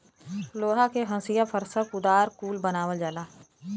लोहा के हंसिआ फर्सा कुदार कुल बनावल जाला